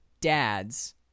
dads